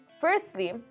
firstly